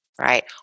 right